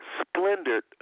splendid